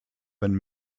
been